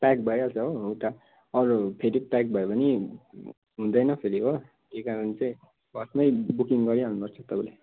pack भइहाल्छ हो उता अरूहरू फेरि प्याक भयो भने हुँदैन फेरि हो त्यहीकारण चाहिँ फर्स्टमै बुकिङ गरिहल्नुपर्छ तपाईँले